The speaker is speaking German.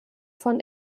von